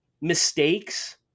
mistakes